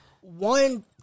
one